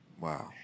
Wow